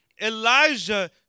Elijah